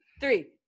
three